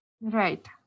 right